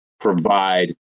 provide